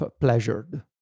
pleasured